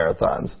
marathons